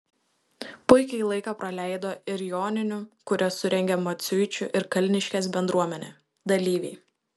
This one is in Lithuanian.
puikiai laiką praleido ir joninių kurias surengė maciuičių ir kalniškės bendruomenė dalyviai